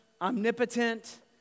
omnipotent